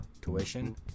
tuition